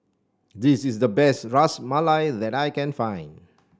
this is the best Ras Malai that I can find